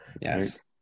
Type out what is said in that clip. Yes